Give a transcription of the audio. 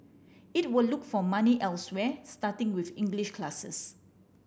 it will look for money elsewhere starting with English classes